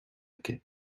aici